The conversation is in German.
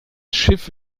schiff